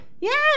Yes